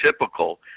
typical